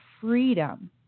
freedom